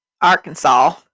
Arkansas